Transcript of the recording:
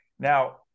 Now